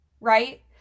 right